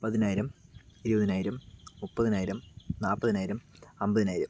പതിനായിരം ഇരുപതിനായിരം മുപ്പതിനായിരം നാപ്പതിനായിരം അമ്പതിനായിരം